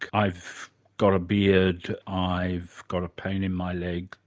i've got a beard, i've got a pain in my leg,